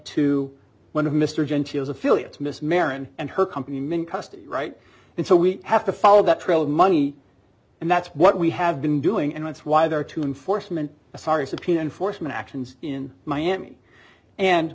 to one of mr gentile's affiliates miss marin and her company men custody right and so we have to follow that trail of money and that's what we have been doing and that's why there are two enforcement asari subpoena enforcement actions in miami and